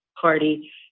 party